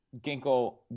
Ginkle